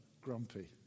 grumpy